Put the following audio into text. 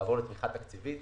ולעבור לתמיכה תקציבית